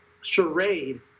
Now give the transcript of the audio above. charade